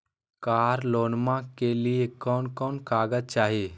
कार लोनमा के लिय कौन कौन कागज चाही?